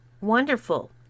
wonderful